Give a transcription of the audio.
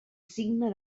signe